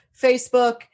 Facebook